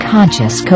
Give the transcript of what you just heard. Conscious